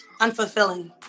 unfulfilling